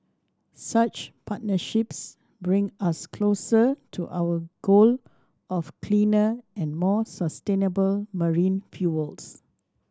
such partnerships bring us closer to our goal of cleaner and more sustainable marine fuels